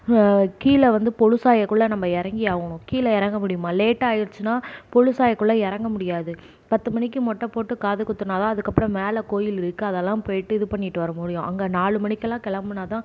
கீழே வந்து பொழுதுசாயக்குள்ள நம்ம இறங்கி ஆகணும் கீழே இறங்க முடியுமா லேட் ஆகிடுச்சினா பொழுதுசாயக்குள்ள இறங்க முடியாது பத்து மணிக்கு மொட்டை போட்டு காது குத்துனால்தான் அதுக்கப்பறம் மேலே கோயில் இருக்குது அதெல்லாம் போயிட்டு இது பண்ணிட்டு வரமுடியும் அங்கே நாலு மணிக்கெல்லாம் கிளம்புனாதான்